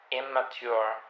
immature